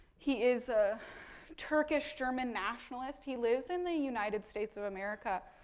he is a turkish german nationalist. he lives in the united states of america.